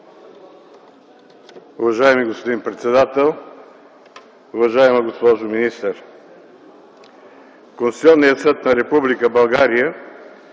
Уважаеми господин председател, уважаема госпожо министър! Конституционният съд на Република България